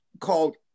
called